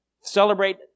celebrate